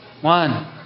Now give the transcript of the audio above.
One